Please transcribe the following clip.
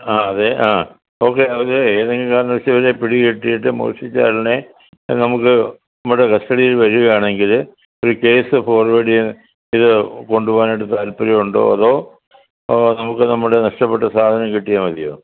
ആ അതെ ആ ഓക്കെ അതേ ഏതെങ്കിലും കാരണവശാൽ ഇവരെ പിടികിട്ടിയിട്ട് മോഷ്ടിച്ച ആളിനെ നമുക്ക് നമ്മുടെ കസ്റ്റഡിയിൽ വരികയാണെങ്കിൽ ഒരു കേസ് ഫോർവേഡ് ചെയ്ത് ഇത് കൊണ്ടു പോവാനായിട്ട് താൽപ്പര്യമുണ്ടോ അതോ അതോ നമുക്ക് നമ്മുടെ നഷ്ടപ്പെട്ട സാധനം കിട്ടിയാൽ മതിയോ